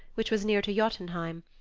which was near to jotunheim,